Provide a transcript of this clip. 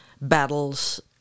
battles